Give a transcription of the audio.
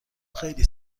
خیلی